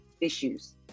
issues